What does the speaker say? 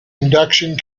induction